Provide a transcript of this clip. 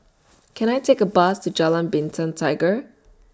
Can I Take A Bus to Jalan Bintang Tiga